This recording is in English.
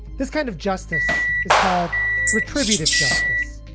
this kind of justice is called retributive justice.